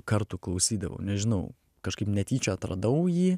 kartų klausydavau nežinau kažkaip netyčia atradau jį